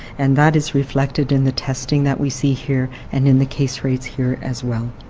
and that is reflected in the testing that we see here and in the case rates here as well.